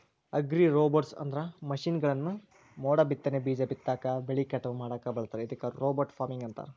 ಅಗ್ರಿರೋಬೊಟ್ಸ್ಅಂದ್ರ ಮಷೇನ್ಗಳನ್ನ ಮೋಡಬಿತ್ತನೆ, ಬೇಜ ಬಿತ್ತಾಕ, ಬೆಳಿ ಕಟಾವ್ ಮಾಡಾಕ ಬಳಸ್ತಾರ ಇದಕ್ಕ ರೋಬೋಟ್ ಫಾರ್ಮಿಂಗ್ ಅಂತಾರ